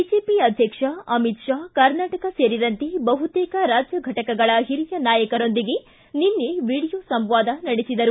BJP ಅಧ್ಯಕ್ಷ ಅಮಿತ್ ಷಾ ಕರ್ನಾಟಕ ಸೇರಿದಂತೆ ಬಹುತೇಕ ರಾಜ್ಯ ಘಟಕಗಳ ಹಿರಿಯ ನಾಯಕರೊಂದಿಗೆ ನಿನ್ನೆ ವೀಡಿಯೋ ಸಂವಾದ ನಡೆಸಿದರು